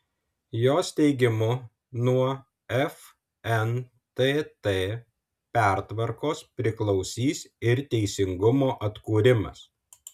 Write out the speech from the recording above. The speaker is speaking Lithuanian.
jos teigimu nuo fntt pertvarkos priklausys ir teisingumo atkūrimas